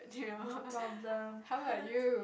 no problem